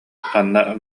ханна